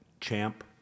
Champ